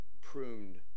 pruned